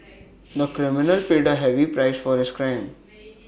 the criminal paid A heavy price for his crime